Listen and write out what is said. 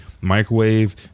microwave